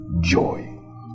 joy